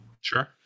sure